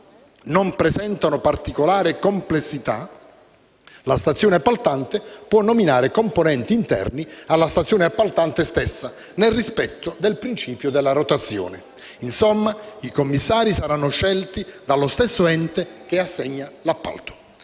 «non presentano particolare complessità, la stazione appaltante può nominare componenti interni alla stazione appaltante stessa, nel rispetto del principio di rotazione». Insomma, i commissari saranno scelti dallo stesso ente che assegna l'appalto.